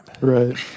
Right